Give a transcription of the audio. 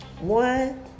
One